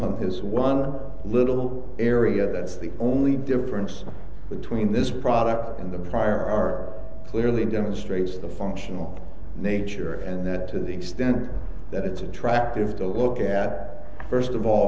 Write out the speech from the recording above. on his one little area that's the only difference between this product and the prior are clearly demonstrates the functional nature and that to the extent that it's attractive to look at first of all